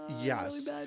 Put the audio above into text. Yes